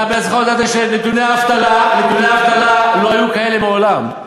אתה בעצמך הודית שנתוני האבטלה לא היו כאלה מעולם,